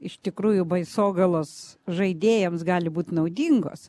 iš tikrųjų baisogalos žaidėjams gali būt naudingos